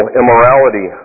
immorality